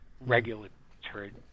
regulatory